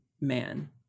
man